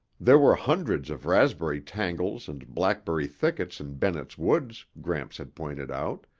there were hundreds of raspberry tangles and blackberry thickets in bennett's woods, gramps had pointed out,